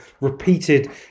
repeated